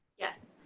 yes,